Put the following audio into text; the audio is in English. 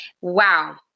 Wow